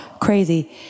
crazy